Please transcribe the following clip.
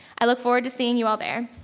i look forward to seeing you all there.